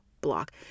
Block